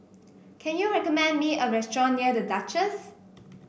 can you recommend me a restaurant near The Duchess